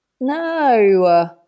No